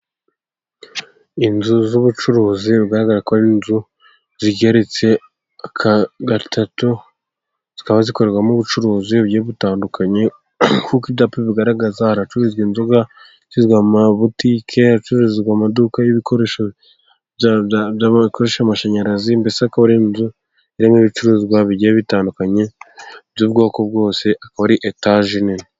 Inzu z'ubucuruzi bigaragara ko ari inzu zigeretse gatatu zikaba zikorerwamo ubucuruzi bugiye butandukanye kuko ibyapa bigaragaza haracururizwa inzoga, haracururizwa amabutike, haracururizwa amaduka y'ibikoresho bikoresha amashanyarazi. Mbese akaba ari inzu irimo ibicuruzwa bigiye bitandukanye by'ubwoko bwose akaba ari etaje nini.